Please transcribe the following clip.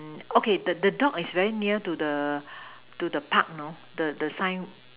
okay the the dog is very near to the to the Park you know the the sign